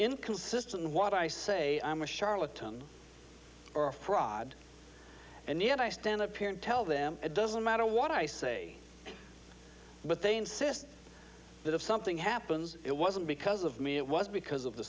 inconsistent in what i say i'm a charlatan or a fraud and yet i stand up here and tell them it doesn't matter what i say but they insist that if something happens it wasn't because of me it was because of the